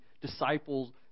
disciples